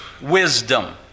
wisdom